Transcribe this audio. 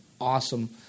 awesome –